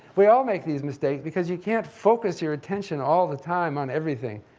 we all make these mistakes because you can't focus your attention all the time on everything.